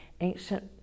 ancient